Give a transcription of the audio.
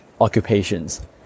occupations